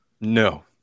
No